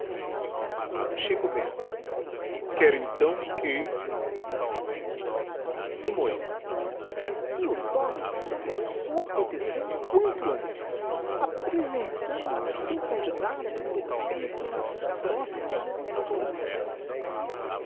xico bento quer então que limoeiro que o tome sob a sua protecção quanto antes apresentando o seu candidato do peito nas próximas eleições